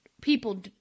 people